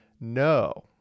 no